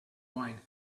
wine